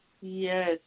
Yes